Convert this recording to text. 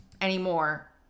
anymore